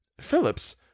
Phillips